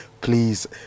please